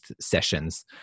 sessions